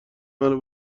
منو